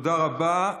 תודה רבה.